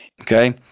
Okay